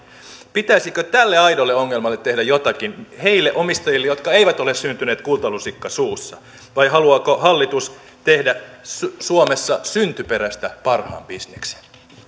pitäisikö tälle aidolle ongelmalle tehdä jotakin niille omistajille jotka eivät ole syntyneet kultalusikka suussa vai haluaako hallitus tehdä suomessa syntyperästä parhaan bisneksen